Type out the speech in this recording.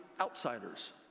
outsiders